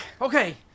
Okay